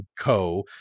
Co